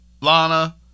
Lana